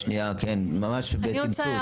כן, ממש בתמצות.